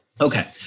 Okay